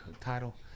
title